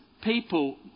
people